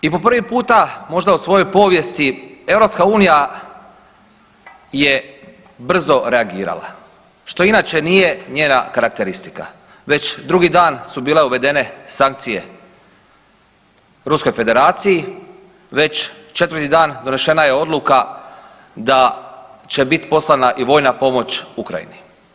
I po prvi puta možda u svojoj povijesti, EU je brzo reagirala, što inače nije njena karakteristika, već 2. dan su bile uvedene sankcije Ruskoj Federaciji, već 4. dan donešena je odluka da će biti poslana i vojna pomoć Ukrajini.